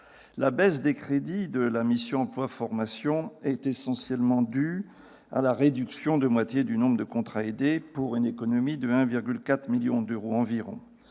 La baisse des crédits de la mission « Travail et emploi » est essentiellement due à la réduction de moitié du nombre de contrats aidés, pour une économie de 1,4 milliard d'euros environ.